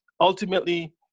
ultimately